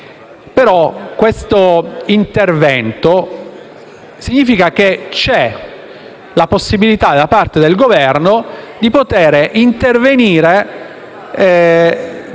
questo intervento significa che c'è la possibilità, da parte del Governo, di intervenire